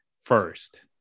first